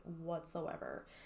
whatsoever